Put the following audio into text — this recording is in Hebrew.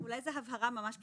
אולי זאת הבהרה ממש פשוטה.